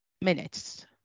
minutes